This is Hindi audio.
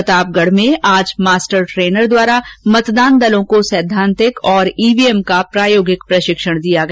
प्रतापगढ़ में आज मास्टर ट्रेनर द्वारा मतदान दलों को सैद्वांतिक और ईवीएम का प्रायोगिक प्रशिक्षण दिया गया